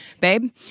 Babe